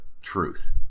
truth